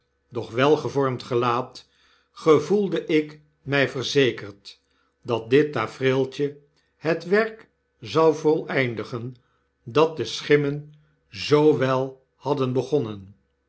doch welgevormd gelaat gevoelde ik my verzekerd dat dit tafereeltje het werk zou voleindigen dat de schimmen zoo wel hadden begonnen